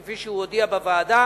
כפי שהוא הודיע בוועדה,